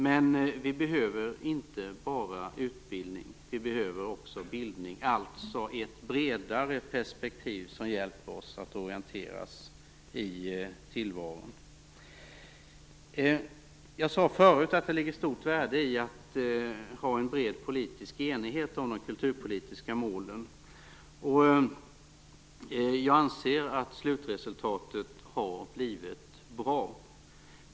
Men vi behöver inte bara utbildning, utan vi behöver också bildning, dvs. ett bredare perspektiv som hjälper oss att orientera oss i tillvaron. Jag sade förut att det ligger ett stort värde i att ha en bred politisk enighet om de kulturpolitiska målen. Jag anser att slutresultatet har blivit bra.